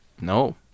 No